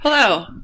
Hello